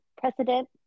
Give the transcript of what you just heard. Precedent